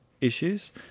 issues